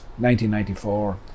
1994